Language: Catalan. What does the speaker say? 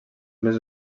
més